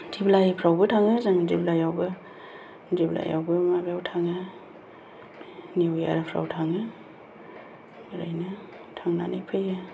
दिप्लायफ्रावबो थाङो जों दिप्लायावबो दिप्लायावबो माबायाव थाङो निउ इयारफ्राव थाङो ओरैनो थांनानै फैयो